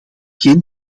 geen